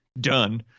done